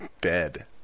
bed